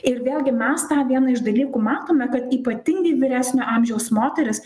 ir vėlgi mes tą vieną iš dalykų matome kad ypatingai vyresnio amžiaus moterys